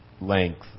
length